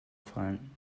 fallen